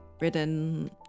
written